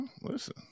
listen